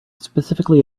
specifically